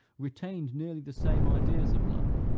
retained nearly the same ideas of love,